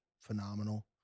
phenomenal